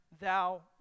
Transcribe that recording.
thou